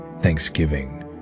Thanksgiving